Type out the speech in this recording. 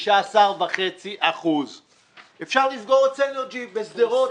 15.5%. אפשר לסגור את "סינרג'י" בשדרות.